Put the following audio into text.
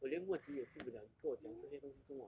我连问题也急不 liao 你跟我讲这些东西做什么